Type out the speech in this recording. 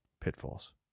pitfalls